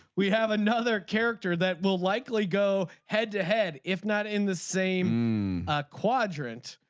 we have another character that will likely go head to head if not in the same quadrant.